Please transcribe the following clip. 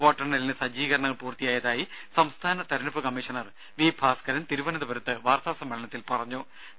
വോട്ടെണ്ണലിന് സജ്ജീകരണങ്ങൾ പൂർത്തിയായതായി സംസ്ഥാന തിരഞ്ഞെടുപ്പ് കമ്മീഷണർ വി ഭാസ്കരൻ തിരുവനന്തപുരത്ത് വാർത്താ സമ്മേളനത്തിൽ അറിയിച്ചു